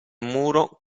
muro